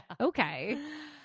Okay